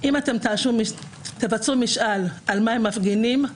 אם תבצעו משאל על מה הם מפגינים,